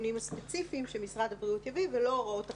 התיקונים הספציפיים שמשרד הבריאות יביא ולא הוראות אחרות.